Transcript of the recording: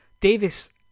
Davis